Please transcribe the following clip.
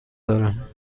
دارم